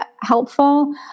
helpful